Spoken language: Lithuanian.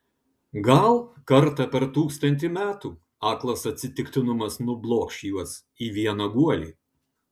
gal kartą per tūkstantį metų aklas atsitiktinumas nublokš juos į vieną guolį